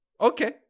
Okay